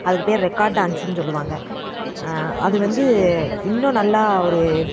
அதுக்கு பெயர் ரெக்காட் டான்ஸுன்னு சொல்லுவாங்கள் அது வந்து இன்னும் நல்லா ஒரு